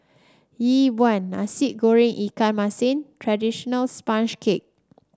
Yi Bua Nasi Goreng Ikan Masin traditional sponge cake